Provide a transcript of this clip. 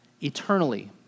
eternally